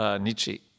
Nietzsche